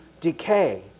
decay